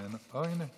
איננו, אוה, הינה,